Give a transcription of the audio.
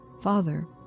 father